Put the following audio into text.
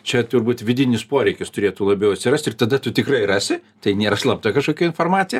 čia turbūt vidinis poreikis turėtų labiau atsirast ir tada tu tikrai rasi tai nėra slapta kažkokia informacija